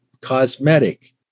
cosmetic